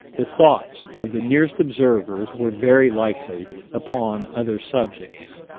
the thoughts of the nearest observers were very likely upon other subjects.